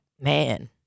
man